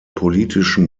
politischen